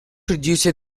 reduces